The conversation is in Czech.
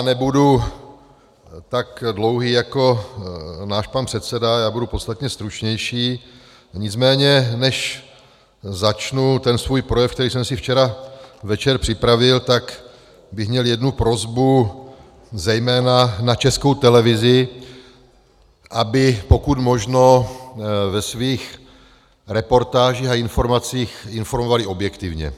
Nebudu tak dlouhý jako náš pan předseda, budu podstatně stručnější, nicméně než začnu ten svůj projev, který jsem si včera večer připravil, tak bych měl jednu prosbu zejména na Českou televizi, aby pokud možno ve svých reportážích a informacích informovala objektivně.